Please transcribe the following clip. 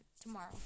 tomorrow